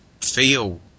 feel